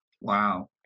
Wow